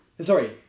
Sorry